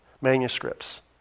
manuscripts